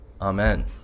Amen